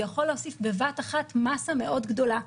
זה יכול להוסיף בבת אחת מסה מאוד גדולה,